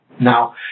Now